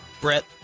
Brett